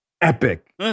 epic